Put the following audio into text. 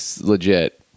legit